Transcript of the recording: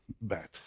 bad